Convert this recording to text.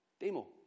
Demo